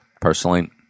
Personally